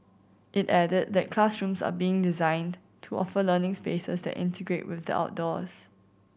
it added that classrooms are being designed to offer learning spaces that integrate with the outdoors